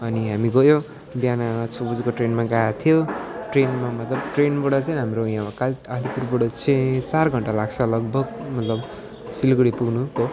अनि हामी गयो बिहान छ बजेको ट्रेनमा गएको थियो ट्रेनमा मतलब ट्रेनबाट चाहिँ हाम्रो यहाँ काल आलीपुरबाट चाहिँ चार घन्टा लाग्छ लगभग लग सिलगुडी पुग्नु